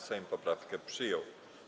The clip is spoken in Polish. Sejm poprawki przyjął.